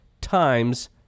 times